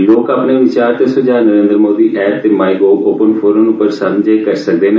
लोक अपने विचार ते सुझाऽ नरेन्द्र मोदी ऐप्प ते माई गोव ओपन फोरम पर सांझे करी सकदे न